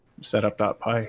setup.py